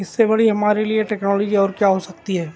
اس سے بڑی ہمارے لیے ٹیکنالوجی اور کیا ہوسکتی ہے